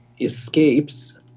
escapes